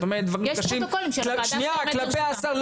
את אומרת דברים קשים כלפי השר,